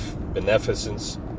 beneficence